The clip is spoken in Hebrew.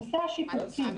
נושא השיפוצים.